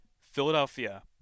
Philadelphia